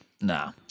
Nah